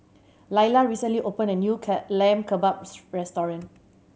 Laila recently opened a new Lamb Kebabs Restaurant